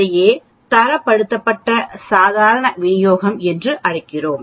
அதையே தரப்படுத்தப்பட்ட சாதாரண விநியோகம் என்று அழைக்கப்படுகிறது